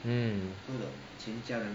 mm